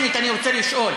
אתה מבין מה זה שיהודי יכתוב: